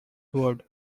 word